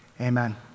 amen